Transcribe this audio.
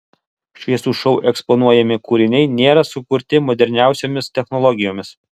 šviesų šou eksponuojami kūriniai nėra sukurti moderniausiomis technologijomis